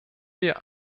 wir